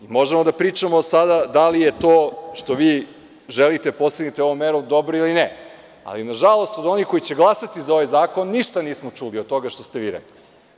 Možemo da pričamo sada da li je to što vi želite da postignete ovom merom dobro ili ne, ali nažalost od onih koji će glasati za ovaj zakon ništa nismo čuli od toga što ste vi rekli.